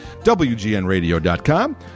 wgnradio.com